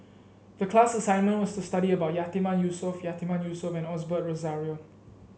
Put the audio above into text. the class assignment was to study about Yatiman Yusof Yatiman Yusof and Osbert Rozario